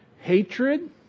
hatred